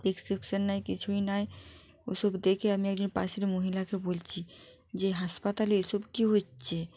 prescription নাই কিছুই নাই ওসব দেখে আমি একজন পাশের মহিলাকে বলছি যে হাসপাতালে এসব কী হচ্ছে